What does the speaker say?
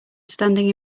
standing